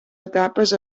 etapes